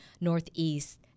Northeast